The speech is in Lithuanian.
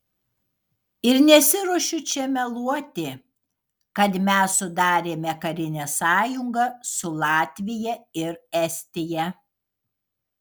ir nesiruošiu čia meluoti kad mes sudarėme karinę sąjungą su latvija ir estija